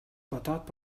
бодоод